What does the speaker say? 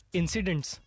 incidents